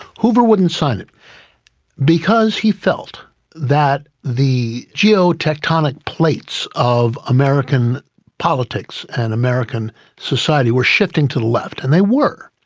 hoover wouldn't sign it because he felt that the geo-tectonic plates of american politics and american society were shifting to the left, and they were.